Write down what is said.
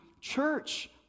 church